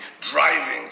driving